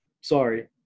Sorry